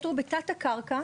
סעיף 60 עוסק בעניין אחר,